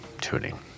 tuning